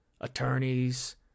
attorneys